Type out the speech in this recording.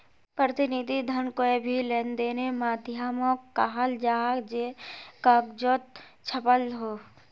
प्रतिनिधि धन कोए भी लेंदेनेर माध्यामोक कहाल जाहा जे कगजोत छापाल हो